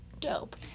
dope